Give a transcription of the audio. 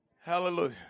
Hallelujah